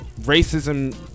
racism